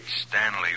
Stanley